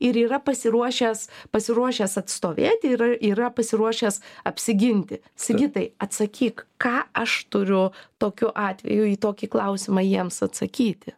ir yra pasiruošęs pasiruošęs atstovėti ir yra pasiruošęs apsiginti sigitai atsakyk ką aš turiu tokiu atveju į tokį klausimą jiems atsakyti